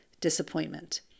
disappointment